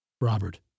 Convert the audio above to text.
Robert